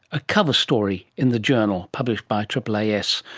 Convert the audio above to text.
a cover story in the journal, published by aaas,